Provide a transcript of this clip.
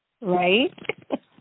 right